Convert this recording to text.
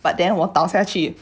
but then 我倒下去